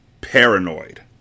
paranoid